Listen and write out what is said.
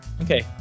Okay